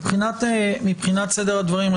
מבחינת סדר הדברים,